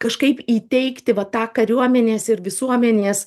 kažkaip įteikti va tą kariuomenės ir visuomenės